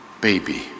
baby